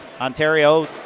Ontario